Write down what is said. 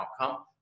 outcome